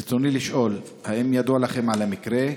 ברצוני לשאול: 1. האם ידוע לכם על המקרה?